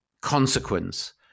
consequence